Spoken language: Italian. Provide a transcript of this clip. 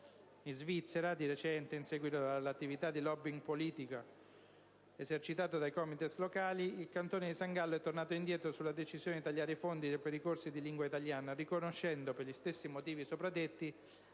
In Svizzera, di recente, in seguito all'attività di *lobbying* politica esercitata dai COMITES locali, il cantone di San Gallo è tornato indietro sulla decisione di tagliare i fondi per i corsi di lingua italiana, riconoscendo (per gli stessi motivi sopra detti)